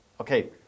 okay